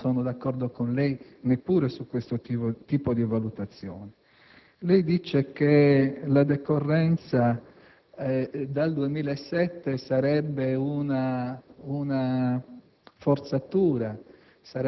Ecco perché non sono d'accordo con lei, neppure su questo tipo di valutazione. Lei afferma che la decorrenza dal 2007 sarebbe una